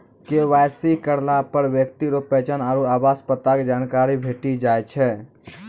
KYC करलापर ब्यक्ति रो पहचान आरु आवास पता के जानकारी भेटी जाय छै